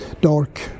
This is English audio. dark